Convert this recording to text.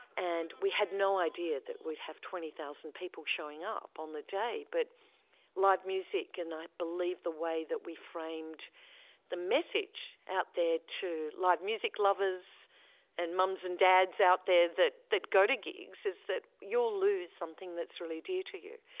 and we had no idea that we would have twenty thousand people showing up on the day. but live music, and i believe the way that we framed the message out there to live music lovers and mums and dads out there that that go to gigs is that you will lose something that's really dear to you.